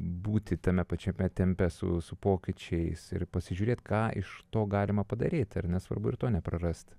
būti tame pačiame tempe su su pokyčiais ir pasižiūrėt ką iš to galima padaryti ar ne svarbu ir to neprarast